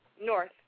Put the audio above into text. North